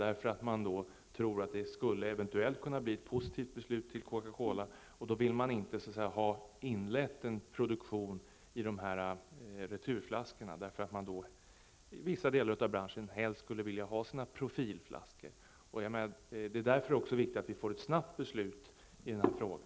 Eftersom man tror att det eventuellt skulle kunna bli fråga om ett positivt besked till Coca-Cola vill man inte ha inlett en produktion i returflaskor. Inom vissa delar branschen skulle man nämligen helst vilja ha s.k. profilflaskor. Det är därför också viktigt att vi får ett snabbt beslut i frågan.